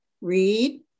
Read